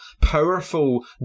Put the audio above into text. powerful